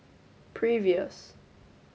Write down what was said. previous